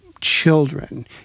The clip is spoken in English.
children